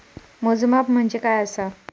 मोजमाप म्हणजे काय असा?